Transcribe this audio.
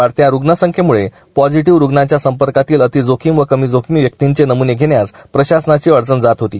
वाढत्या रुग्णसंख्येमुळे पॉझीटिव्ह रुग्णाच्या संपर्कातील अतिजोखीम व कमीजोखीम व्यक्तींचे नम्ने घेण्यास प्रशासनाची अडचण जात होती